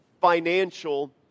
financial